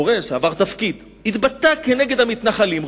שעבר תפקיד, התבטא נגד המתנחלים.